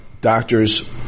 doctors